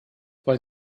weil